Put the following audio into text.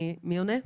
מי עונה?